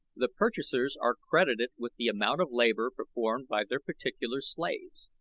the purchasers are credited with the amount of labor performed by their particular slaves.